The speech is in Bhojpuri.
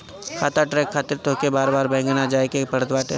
खाता ट्रैक खातिर तोहके बार बार बैंक ना जाए के पड़त बाटे